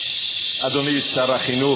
אדוני שר החינוך,